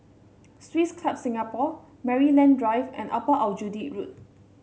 Swiss Club Singapore Maryland Drive and Upper Aljunied Road